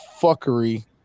fuckery